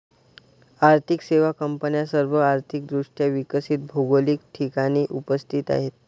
आर्थिक सेवा कंपन्या सर्व आर्थिक दृष्ट्या विकसित भौगोलिक ठिकाणी उपस्थित आहेत